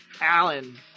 Alan